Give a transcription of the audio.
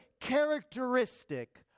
characteristic